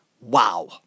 Wow